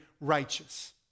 righteous